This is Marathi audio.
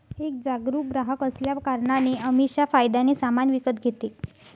एक जागरूक ग्राहक असल्या कारणाने अमीषा फायद्याने सामान विकत घेते